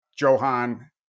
Johan